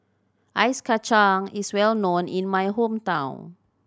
Ice Kachang is well known in my hometown